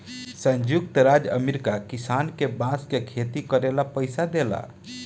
संयुक्त राज्य अमेरिका किसान के बांस के खेती करे ला पइसा देला